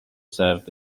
served